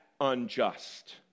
unjust